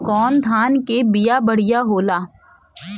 कौन धान के बिया बढ़ियां होला?